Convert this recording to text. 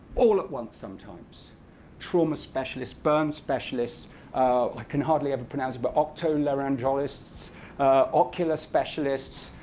all at once sometimes trauma specialists, burn specialists i can hardly ever pronounce it, but otolaryngologists ocular specialists.